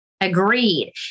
Agreed